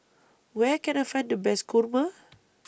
Where Can I Find The Best Kurma